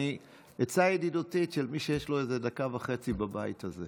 זו עצה ידידותית של מישהו שיש לו איזו דקה וחצי בבית הזה.